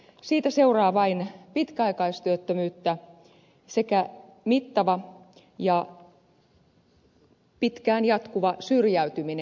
siitä seuraa vain pitkäaikaistyöttömyyttä sekä mittava ja pitkään jatkuva syrjäytyminen